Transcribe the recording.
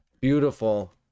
beautiful